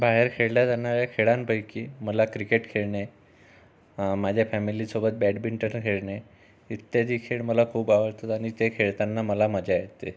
बाहेर खेळल्या जाणाऱ्या खेळांपैकी मला क्रिकेट खेळणे माझ्या फॅमिलीसोबत बॅडमिंटन खेळणे इत्यादी खेळ मला खूप आवडतात आणि ते खेळताना मला मजा येते